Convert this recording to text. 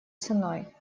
ценой